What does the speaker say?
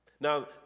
Now